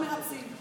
לא מרצים,